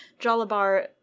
Jalabar